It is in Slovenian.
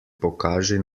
pokaži